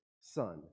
son